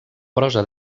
prosa